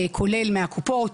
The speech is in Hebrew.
כולל מהקופות,